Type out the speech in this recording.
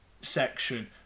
section